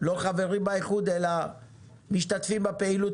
לא חברים באיחוד אלא משתתפים בפעילות